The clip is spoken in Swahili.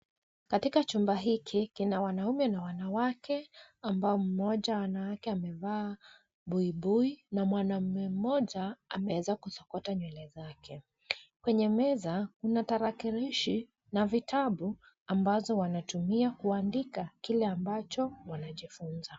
Katika chumba hiki , kina wanaume na wanawake, ambao mmoja wa wanawake amevaa buibui na mwanamme mmoja ameweza kusokota nywele zake. Kwenye meza kuna tarakilishi, na vitabu ambazowanatumia kuandika kile ambacho wanajifunza.